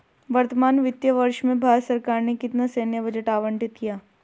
वर्तमान वित्तीय वर्ष में भारत सरकार ने कितना सैन्य बजट आवंटित किया?